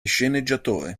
sceneggiatore